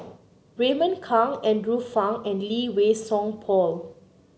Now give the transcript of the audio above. Raymond Kang Andrew Phang and Lee Wei Song Paul